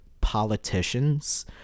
politicians